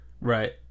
Right